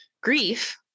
grief